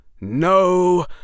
No